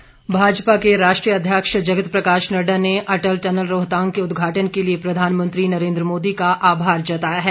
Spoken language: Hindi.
नड्डा प्रतिक्रिया भाजपा के राष्ट्रीय अध्यक्ष जगत प्रकाश नड्डा ने अटल टनल रोहतांग के उद्घाटन के लिए प्रधानमंत्री नरेन्द्र मोदी का आभार जताया है